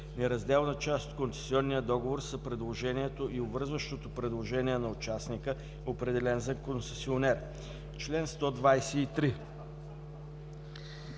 Неразделна част от концесионния договор са предложението и обвързващото предложение на участника, определен за концесионер.“ Член 123